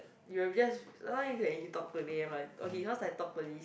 you will just sometimes you can can talk to them lah okay cause I talk to this